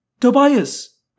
Tobias